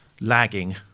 lagging